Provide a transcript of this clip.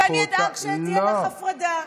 ואני אדאג שתהיה לך הפרדה.